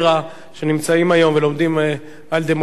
שנמצאים היום ולומדים על דמוקרטיה.